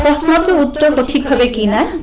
ah santa september